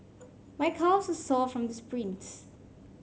my calves sore from the sprints